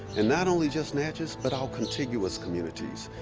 and not only just natchez, but our contiguous communities.